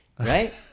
Right